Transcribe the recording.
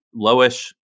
lowish